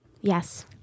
Yes